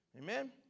Amen